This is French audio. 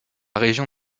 région